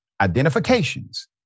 identifications